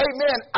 Amen